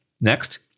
Next